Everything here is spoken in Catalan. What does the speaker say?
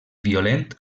violent